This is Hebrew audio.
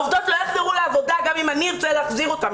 העובדות לא יחזרו לעבודה גם אם אני ארצה להחזיר אותן,